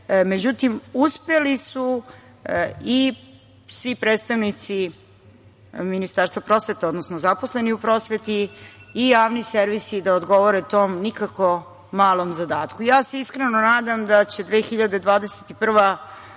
Međutim, uspeli su i svi predstavnici Ministarstva prosvete, odnosno zaposleni u prosveti i javni servisi da odgovore tom nikako malom zadatku. Iskreno se nadam da će 2021.